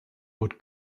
would